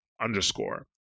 underscore